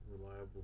reliable